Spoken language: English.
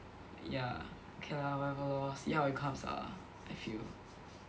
ya okay lah whatever lor see how it comes out ah I feel